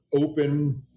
open